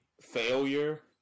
failure